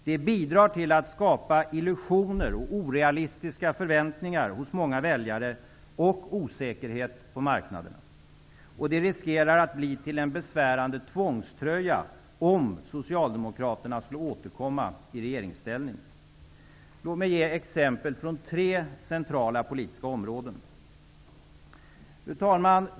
Det bidrar till att det skapas illusioner och orealistiska förväntningar hos många väljare samt osäkerhet på marknaderna. Det riskerar att bli en besvärande tvångströja om Socialdemokraterna skulle återkomma i regeringsställning. Låt mig ge exempel från tre centrala politiska områden. Fru talman!